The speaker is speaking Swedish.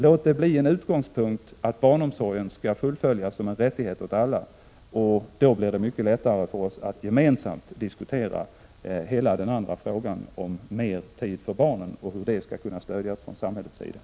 Låt det bli en utgångspunkt, att barnomsorgen skall bli en rättighet för alla. Då blir det mycket lättare för oss att gemensamt diskutera hur vi från samhällets sida skall kunna stödja föräldrarna så att de får mer tid för barnen.